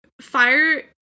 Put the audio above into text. fire